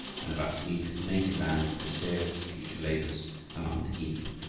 when about to leave his native land for the sphere of his future labors among the heathen.